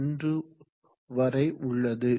1 வரை உள்ளது